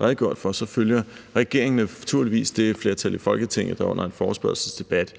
regeringen naturligvis det flertal i Folketinget, der under en forespørgselsdebat